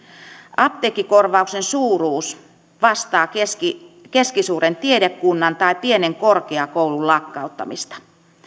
apteekkikorvauksen suuruus vastaa keskisuuren tiedekunnan tai pienen korkeakoulun lakkauttamista